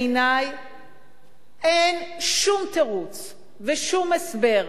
בעיני אין שום תירוץ ושום הסבר,